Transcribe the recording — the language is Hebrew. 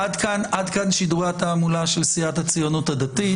עד כאן שידורי התעמולה של סיעת הציונות הדתית.